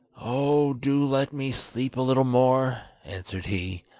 oh, do let me sleep a little more, answered he.